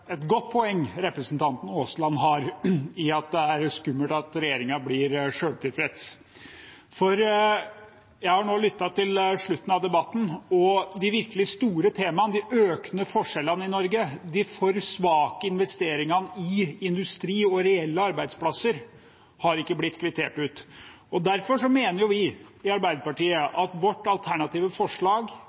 et godt poeng representanten Aasland har, at det er skummelt at regjeringen blir selvtilfreds, for jeg har nå lyttet til slutten av debatten, og de virkelig store temaene, de økende forskjellene i Norge, de for svake investeringene i industri og reelle arbeidsplasser, har ikke blitt kvittert ut. Derfor mener vi i Arbeiderpartiet at vårt alternative forslag